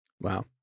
Wow